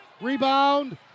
rebound